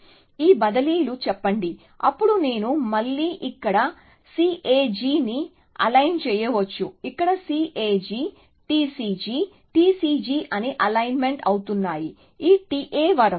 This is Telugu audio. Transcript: కాబట్టి ఈ బదిలీలు చెప్పండి అప్పుడు నేను మళ్లీ ఇక్కడ C A G ని అలైన్ చేయవచ్చు ఇక్కడ C A G T C G T C G అన్నీ అలైన్ అవుతున్నాయి ఈ T A వరకు